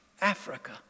Africa